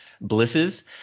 blisses